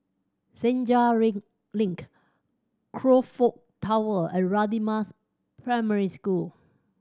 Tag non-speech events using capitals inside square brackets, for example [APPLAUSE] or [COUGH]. Senja [UNINTELLIGIBLE] Link Crockford Tower and Radin Mas Primary School